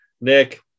Nick